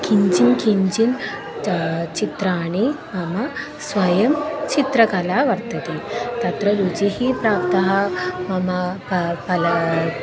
किञ्चित् किञ्चित् च चित्राणि मम स्वयं चित्रकला वर्तते तत्र रुचिः प्राप्तः मम प फलं